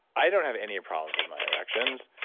i don't have any problems with my erections,